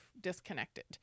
disconnected